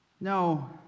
No